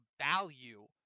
value